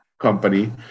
company